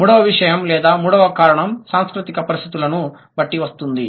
మూడవ విషయం లేదా మూడవ కారణం సాంస్కృతిక పరిస్థితులను బట్టి వస్తుంది